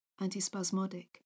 antispasmodic